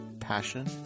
passion